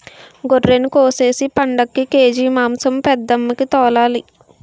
గొర్రినికోసేసి పండక్కి కేజి మాంసం పెద్దమ్మికి తోలాలి